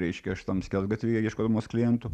reiškia šitam skersgatvy ieškodamos klientų